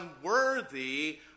unworthy